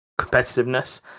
competitiveness